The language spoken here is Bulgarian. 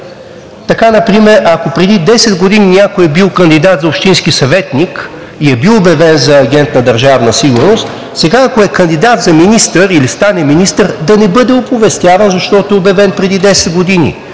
Така например, ако преди 10 години някой е бил кандидат за общински съветник и е бил обявен за агент на Държавна сигурност, сега, ако е кандидат за министър или стане министър, да не бъде оповестяван, защото е обявен преди 10 години.